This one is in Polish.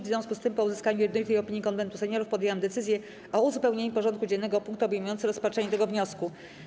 W związku z tym, po uzyskaniu jednolitej opinii Konwentu Seniorów, podjęłam decyzję o uzupełnieniu porządku dziennego o punkt obejmujący rozpatrzenie tego wniosku.